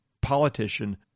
politician